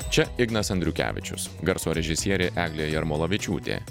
čia ignas andriukevičius garso režisierė eglė jarmolavičiūtė